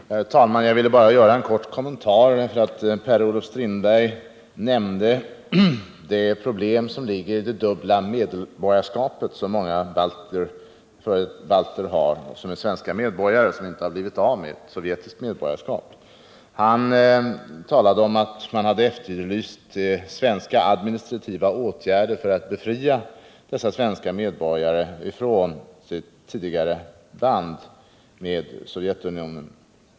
Herr talman! Jag ville bara helt kort kommentera det problem Per-Olof Strindberg nämnde, nämligen det dubbla medborgarskap många balter har som blivit svenska medborgare men inte kunnat bli av med sitt sovjetiska medborgarskap. Han talade om att man efterlyst svenska administrativa åtgärder för att befria dessa svenska medborgare från deras tidigare band med Sovjetunionen.